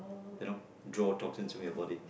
you know draw toxins from your body